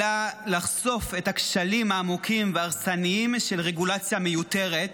אלא לחשוף את הכשלים העמוקים וההרסניים של רגולציה מיותרת,